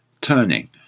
turning